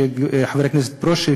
חבר הכנסת ברושי,